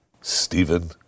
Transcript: Stephen